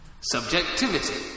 Subjectivity